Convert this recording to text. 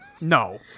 No